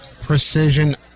Precision